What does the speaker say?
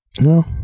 No